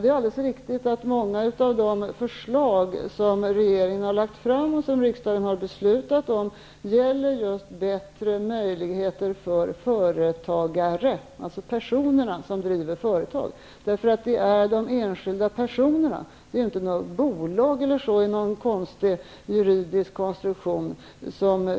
Det är alldeles riktigt att många av de förslag som regeringen har lagt fram och som riksdagen har beslutat om gäller just bättre möjligheter för företagare, alltså personerna som driver företag. Det är de enskilda personerna, inte bolag i någon konstig juridisk konstruktion, som